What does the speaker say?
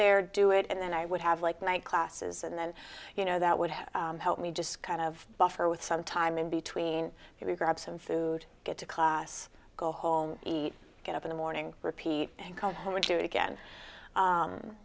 there do it and then i would have like my classes and then you know that would have helped me just kind of buffer with some time in between to grab some food get to class go home eat get up in the morning repeat and come home and do it again